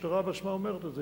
המשטרה בעצמה אומרת את זה.